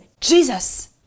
Jesus